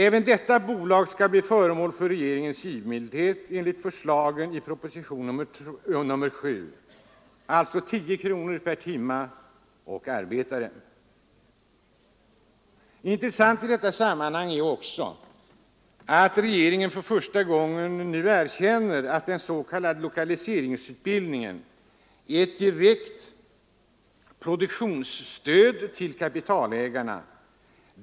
Även detta bolag skall bli föremål för regeringens givmildhet enligt förslagen i propositionen 7, alltså få 10 kronor per timme och arbetare. Intressant i detta sammanhang är också att regeringen för första gången nu erkänner att den s.k. lokaliseringsutbildningen är ett direkt produktionsstöd till kapitalägarna.